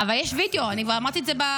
אבל יש וידיאו, אני כבר אמרתי את זה פה.